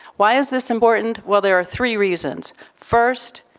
why is this important? well, there are three reasons. first,